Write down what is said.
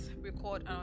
record